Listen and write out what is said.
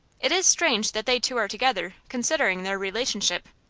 it is strange that they two are together, considering their relationship.